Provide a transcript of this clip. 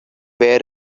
where